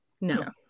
no